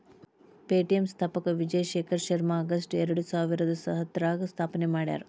Paytm ಸ್ಥಾಪಕ Vijay Shekhar Sharma August ಎರಡಸಾವಿರದ ಹತ್ತರಾಗ ಸ್ಥಾಪನೆ ಮಾಡ್ಯಾರ